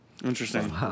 Interesting